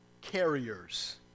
carriers